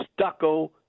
stucco